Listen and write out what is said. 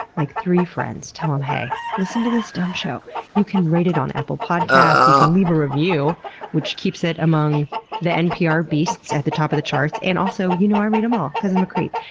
like, three friends. tell them, um hey, listen to this dumb show. you can rate it on apple podcasts, you can leave a review which keeps it among the npr beasts at the top of the charts and also you know i read em all, cause i'm a creep.